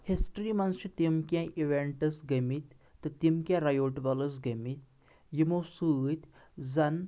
history منٛز چھِ تِم کینٛہہ اِویٚنٹٕز گٔمٕتۍ تہٕ تِم کینٛہہ رَیوٹ وَلٕز گٔمٕتۍ یِمو سۭتۍ زَن